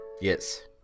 Yes